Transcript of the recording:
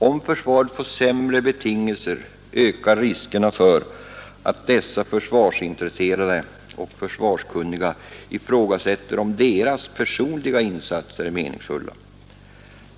Om försvaret får sämre betingelser, ökar riskerna för att dessa försvarsintresserade och försvarskunniga ifrågasätter om deras personliga insatser är meningsfulla.